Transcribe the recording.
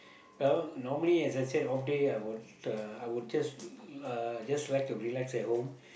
uh normally as I said off day I would uh I would just uh just like to relax at home